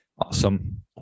Awesome